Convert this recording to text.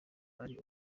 ari